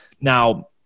Now